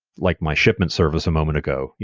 like my shipment service a moment ago.